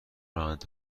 راننده